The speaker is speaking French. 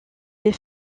des